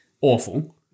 awful